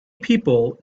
people